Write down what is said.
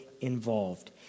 involved